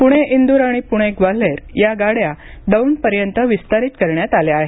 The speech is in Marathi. प्णे इंद्र आणि प्णे ग्वाल्हेर या गाड्या दौंडपर्यंत विस्तारित करण्यात आल्या आहेत